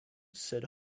said